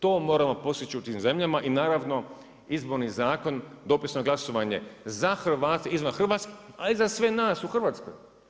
To moramo postići u tim zemljama i naravno izborni zakon, dopisno glasovanje za Hrvate izvan Hrvatske, ali i za sve nas u Hrvatskoj.